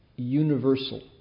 Universal